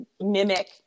mimic